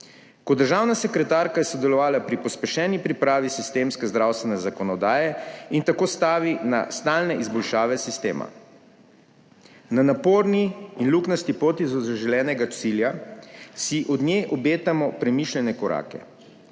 Kot državna sekretarka je sodelovala pri pospešeni pripravi sistemske zdravstvene zakonodaje in tako stavi na stalne izboljšave sistema. Na naporni in luknjasti poti do želenega cilja si od nje obetamo premišljene korake.